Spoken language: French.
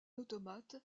automate